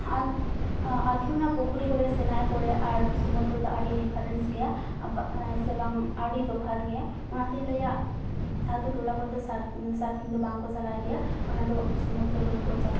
ᱟᱛᱳ ᱨᱮᱱᱟᱜ ᱯᱩᱠᱷᱤᱨᱤ ᱠᱚᱨᱮ ᱥᱮ ᱱᱟᱹᱭ ᱠᱚᱨᱮ ᱟᱨ ᱥᱩᱢᱩᱫᱨᱚ ᱨᱮᱫᱚ ᱟᱹᱰᱤ ᱰᱤᱯᱷᱟᱨᱮᱱᱥ ᱜᱮᱭᱟ ᱵᱟᱝ ᱥᱮ ᱵᱟᱝ ᱟᱹᱰᱤ ᱛᱚᱯᱷᱟᱛ ᱜᱮᱭᱟ ᱚᱱᱟᱛᱮᱧ ᱞᱟᱹᱭᱟ ᱟᱛᱳ ᱴᱚᱠᱟ ᱠᱚᱨᱮ ᱫᱚ ᱥᱟᱨᱯᱷ ᱥᱟᱨᱯᱷᱤᱝ ᱫᱚ ᱵᱟᱝ ᱠᱚ ᱪᱟᱞᱟᱣ ᱜᱮᱭᱟ ᱚᱱᱟ ᱫᱚ ᱥᱩᱢᱩᱫᱨᱚ ᱠᱚᱨᱮ ᱠᱚ ᱪᱟᱞᱟᱣᱟ